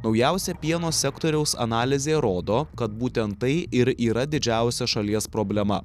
naujausia pieno sektoriaus analizė rodo kad būtent tai ir yra didžiausia šalies problema